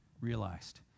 realized